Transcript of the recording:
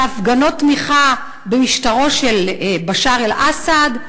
בהפגנות תמיכה במשטרו של בשאר אל-אסד,